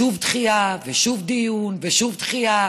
שוב דחייה ושוב דיון ושוב דחייה,